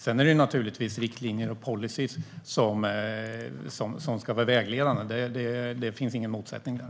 Sedan ska riktlinjer och policyer naturligtvis vara vägledande - det finns ingen motsättning där.